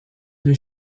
des